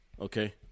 Okay